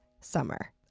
summer